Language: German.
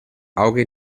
auge